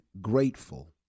grateful